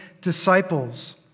disciples